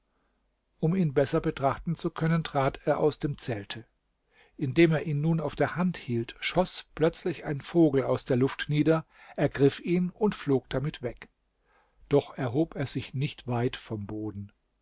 um ihn besser betrachten zu können trat er aus dem zelte indem er ihn nun auf der hand hielt schoß plötzlich ein vogel aus der luft nieder ergriff ihn und flog damit weg doch erhob er sich nicht weit vom boden